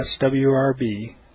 SWRB